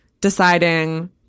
deciding